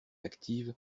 active